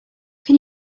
can